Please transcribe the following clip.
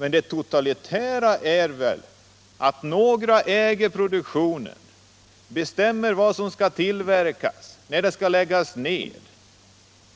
Men det totalitära är väl att några äger produktionen, bestämmer vad som skall tillverkas, när företag skall läggas ned